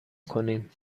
کنیم